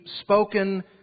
spoken